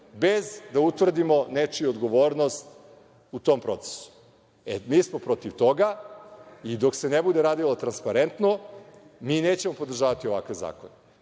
bez da utvrdimo nečiju odgovornost u tom procesu. Mi smo protiv toga i dok se ne bude radilo transparentno mi nećemo podržavati ovakve zakone.